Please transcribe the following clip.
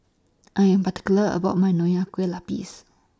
I Am particular about My Nonya Kueh Lapis